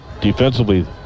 defensively